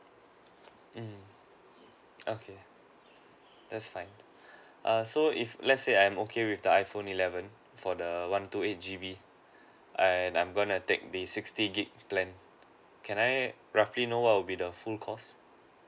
mm okay that's fine err so if let's say I'm okay with the iPhone eleven for the one two eight G_B and I'm gonna take the sixty gigabyte plan can I roughly know what would be the full cost